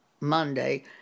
Monday